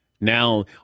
now